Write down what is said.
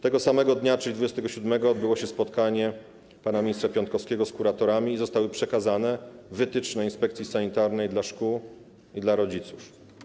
Tego samego dnia, czyli 27 lutego, odbyło się spotkanie pana ministra Piontkowskiego z kuratorami i zostały przekazane wytyczne inspekcji sanitarnej dla szkół i dla rodziców.